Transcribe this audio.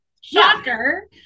shocker